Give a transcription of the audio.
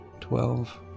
Twelve